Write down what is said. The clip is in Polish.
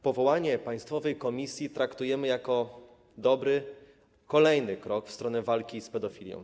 Powołanie państwowej komisji traktujemy jako kolejny dobry krok w stronę walki z pedofilią.